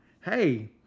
hey